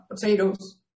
potatoes